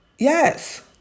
Yes